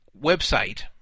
website